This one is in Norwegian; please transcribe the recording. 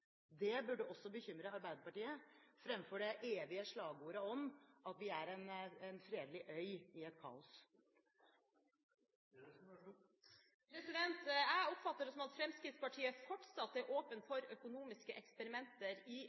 Det burde også bekymre Arbeiderpartiet, fremfor det evige slagordet om at vi er en fredelig øy i et kaos. Jeg oppfatter det som at Fremskrittspartiet fortsatt er åpen for økonomiske eksperimenter i